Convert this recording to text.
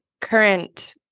current